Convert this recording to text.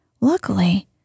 luckily